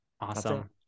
awesome